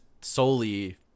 solely